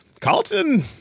Carlton